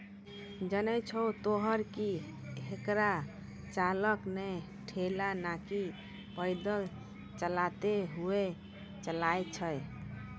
जानै छो तोहं कि हेकरा चालक नॅ ठेला नाकी पैदल चलतॅ हुअ चलाय छै